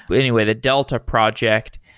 but anyway, the delta project.